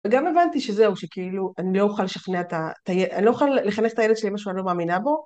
וגם הבנתי שזהו, שכאילו, אני לא אוכל לשכנע את ה... אני לא אוכל לחנך את הילד שלי משהו שאני לא מאמינה בו.